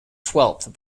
twelfth